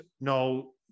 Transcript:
No